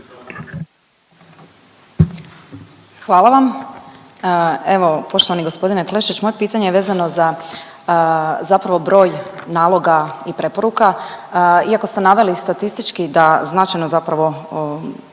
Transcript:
Hvala vam. Evo poštovani gospodine Kleščić moje je pitanje vezano za zapravo broj naloga i preporuka. Iako ste naveli ste naveli statistički da značajno zapravo